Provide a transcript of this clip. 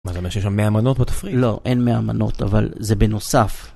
מה זאת אומרת שיש שם מאה מנות בתפריט? לא, אין מאה מנות, אבל זה בנוסף.